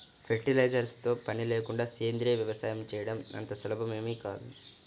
fertilisers తో పని లేకుండా సేంద్రీయ వ్యవసాయం చేయడం అంత సులభమేమీ కాదు